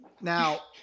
Now